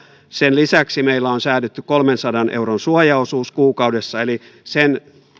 sen lisäksi meillä on säädetty kolmensadan euron suojaosuus kuukaudessa eli sen